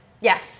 Yes